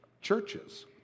churches